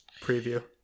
preview